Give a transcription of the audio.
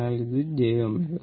അതിനാൽ ഇത് jω C